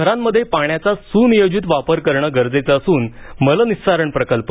शहरांमध्ये पाण्याचा सुनियोजित वापर करणं गरजेचं असून मलनिःस्सारण प्रकल्प